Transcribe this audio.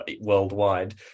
worldwide